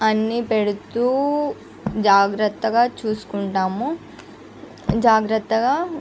అన్ని పెడుతూ జాగ్రత్తగా చూసుకుంటాము జాగ్రత్తగా